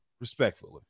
respectfully